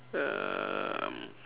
um